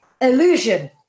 illusion